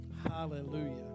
Hallelujah